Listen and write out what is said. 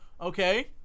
Okay